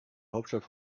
hauptstadt